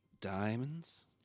Diamonds